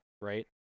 right